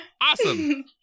Awesome